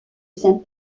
saint